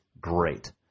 great